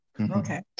Okay